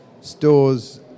stores